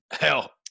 Hell